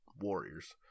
warriors